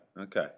okay